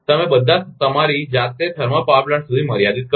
તેથી તમે બધા તમારી જાતે થર્મલ પાવર પ્લાન્ટ સુધી મર્યાદિત કરશો